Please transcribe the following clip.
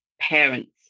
parents